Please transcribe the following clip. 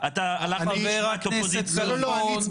אני הצבעתי בכוונה נגד --- חבר הכנסת כלפון,